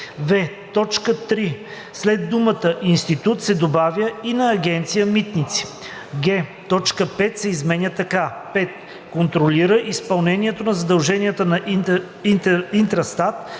т. 3 след думата „институт" се добавя „и на Агенция „Митници“; г) точка 5 се изменя така: „5. контролира изпълнението на задълженията на Интрастат